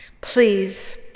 Please